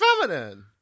Feminine